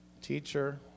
Teacher